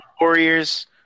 Warriors